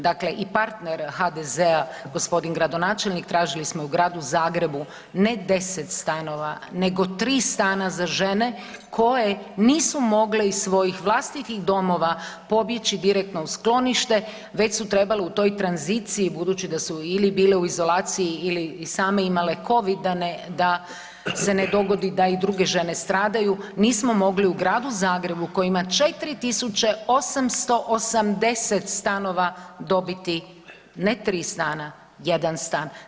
Dakle i partner HDZ-a g. gradonačelnik, tražili smo u Gradu Zagrebu, ne 10 stanova, nego 3 stana za žene koje nisu mogle iz svojih vlastitih domova pobjeći direktno u sklonište, već su trebale u toj tranziciji, budući da su ili bile u izolaciji ili i same ima Covid, da ne, da se ne dogodi da i druge žene stradaju, nismo mogli u Gradu Zagrebu koji ima 4 880 stanova dobiti, ne 3 stana, jedan stan.